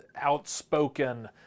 outspoken